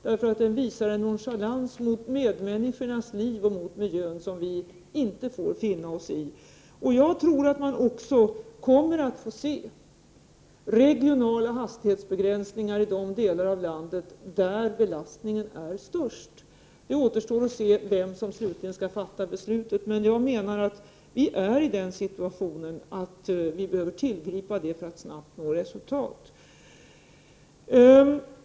Den visar en nonchalans mot medmänniskornas liv och miljön, som vi inte skall finna oss i. Jag tror att man också kommer att få se regionala hastighetsbegränsningar i de delar av landet där belastningen är störst. Det återstår att se vem som slutligen skall fatta beslutet. Jag anser att vi befinner oss i den situationen att vi måste tillgripa sådana åtgärder för att snabbt nå resultat.